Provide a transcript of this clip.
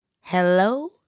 Hello